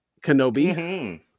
Kenobi